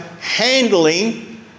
handling